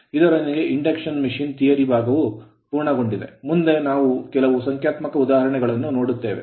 ಇದರೊಂದಿಗೆ Induction machine induction machine theory theory ಭಾಗವು ಪೂರ್ಣಗೊಂಡಿದೆ ಮುಂದೆ ನಾವು ಕೆಲವು ಸಂಖ್ಯಾತ್ಮಕ ಉದಾಹರಣೆಗಳನ್ನು ನೋಡುತ್ತೇವೆ